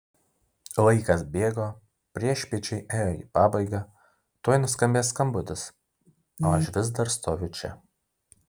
laikas bėgo priešpiečiai ėjo į pabaigą tuoj nuskambės skambutis o aš vis dar stoviu čia